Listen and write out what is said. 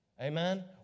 Amen